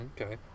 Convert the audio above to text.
okay